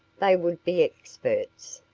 they would be experts.